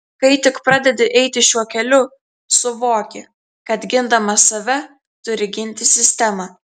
kai tik pradedi eiti šiuo keliu suvoki kad gindamas save turi ginti sistemą